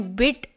bit